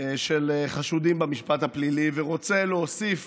של חשודים במשפט הפלילי ורוצה להוסיף